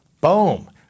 Boom